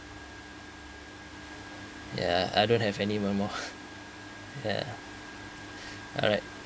ya I don't have any one more ya alright